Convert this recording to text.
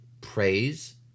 praise